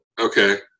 okay